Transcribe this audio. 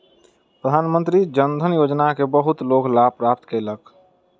प्रधानमंत्री जन धन योजना के बहुत लोक लाभ प्राप्त कयलक